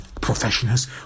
professionals